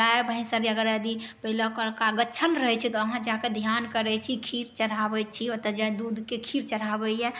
गाइ भैँस अगर यदि ओहि लऽ कऽ गछल रहै छै तऽ जाकऽ धिआन करै छी खीर चढ़ाबै छी ओतऽ दूधके खीर चढ़ाबैए